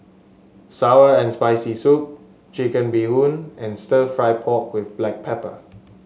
sour and Spicy Soup Chicken Bee Hoon and stir fry pork with Black Pepper